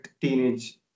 teenage